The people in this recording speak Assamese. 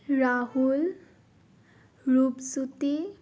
ৰাহুল ৰূপজ্যোতি